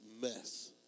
mess